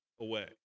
away